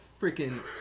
freaking